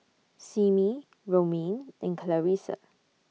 Simmie Romaine and Clarissa